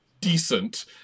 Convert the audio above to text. decent